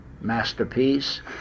masterpiece